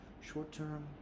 short-term